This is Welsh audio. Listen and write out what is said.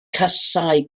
casáu